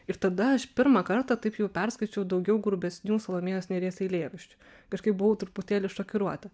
ir tada aš pirmą kartą taip jau perskaičiau daugiau grubesnių salomėjos nėries eilėraščių kažkaip buvau truputėlį šokiruota